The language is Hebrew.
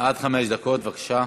עד חמש דקות, בבקשה.